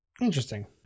Interesting